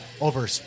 over